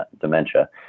dementia